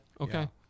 okay